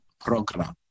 program